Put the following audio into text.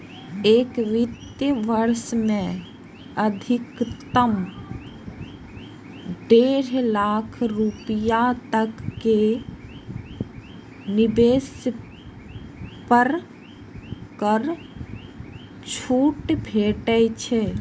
एक वित्त वर्ष मे अधिकतम डेढ़ लाख रुपैया तक के निवेश पर कर छूट भेटै छै